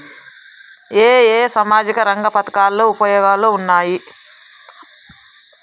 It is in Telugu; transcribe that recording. ఏ ఏ సామాజిక రంగ పథకాలు ఉపయోగంలో ఉన్నాయి?